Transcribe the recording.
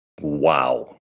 Wow